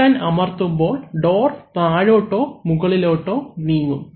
button അമർത്തുമ്പോൾ door താഴോട്ടോ മുകളിലോട്ടോ നീങ്ങും